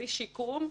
בלי שיקום,